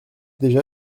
déjà